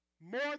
more